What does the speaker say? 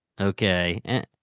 okay